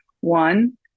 One